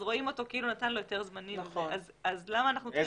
רואים אותו כאילו נתן לו היתר זמני.